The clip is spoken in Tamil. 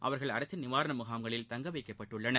அவர்கள் அரசின் நிவாரண முகாம்களில் தங்க வைக்கப்பட்டுள்ளனர்